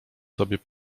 sobie